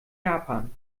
japan